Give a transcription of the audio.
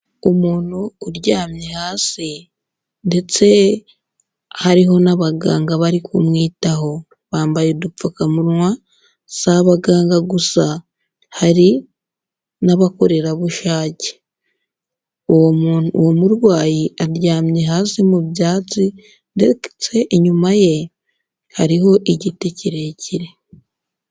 Umuntu uryamye hasi ndetse hariho n'abaganga bari kumwitaho bambaye udupfukamunwa, si abaganga gusa hari n'abakorerabushake. Uwo muntu uwo murwayi aryamye hasi mu byatsi ndetsetse inyuma ye hariho igiti kirekire.